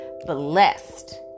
Blessed